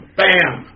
bam